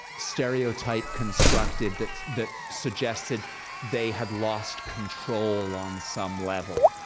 stereotype constructed that that suggested they had lost control on some level.